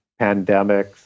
pandemics